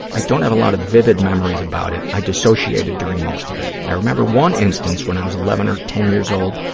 i don't have a lot of vivid memories about it. i dissociated during most of it. i remember one instance when i was eleven or ten years old,